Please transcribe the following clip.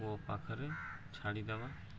କୂଅ ପାଖରେ ଛାଡ଼ିଦେବା